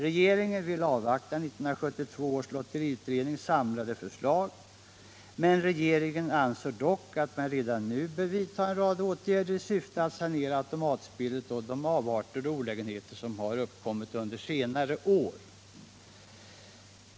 Regeringen vill avvakta 1972 års lotteriutrednings samlade förslag men anser dock att man redan nu bör vidta en rad åtgärder i syfte att sanera automatspelet och få bort de oarter och olägenheter som har uppkommit under senare år.